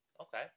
Okay